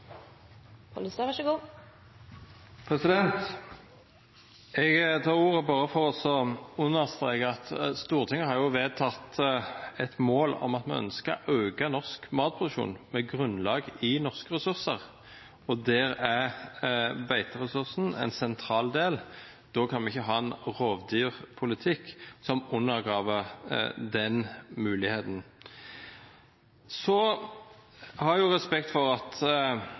har vedtatt et mål om å øke norsk matproduksjon med grunnlag i norske ressurser. Der er beiteressursen en sentral del. Da kan vi ikke ha en rovdyrpolitikk som undergraver den muligheten. Jeg har respekt for at